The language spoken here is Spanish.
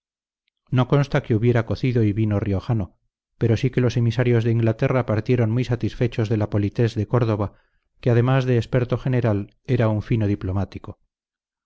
no consta que hubiera cocido y vino riojano pero sí que los emisarios de inglaterra partieron muy satisfechos de la politesse de córdoba que además de experto general era un fino diplomático